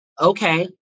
okay